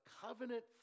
covenant